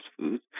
foods